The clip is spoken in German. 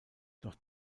doch